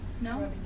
No